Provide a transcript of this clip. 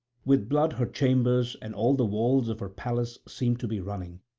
with blood her chambers and all the walls of her palace seemed to be running,